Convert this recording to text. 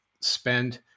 spend